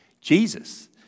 Jesus